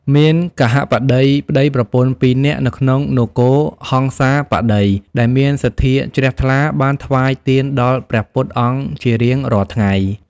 មានគហបតីប្ដីប្រពន្ធពីរនាក់នៅក្នុងនគរហង្សាបតី ដែលមានសទ្ធាជ្រះថ្លាបានថ្វាយទានដល់ព្រះពុទ្ធអង្គជារៀងរាល់ថ្ងៃ។